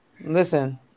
Listen